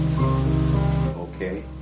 Okay